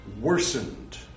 worsened